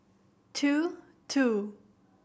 two two